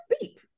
beep